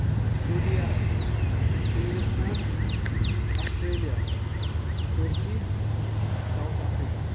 Saudi Arab انگلستان Australia تُرکی south افریقہ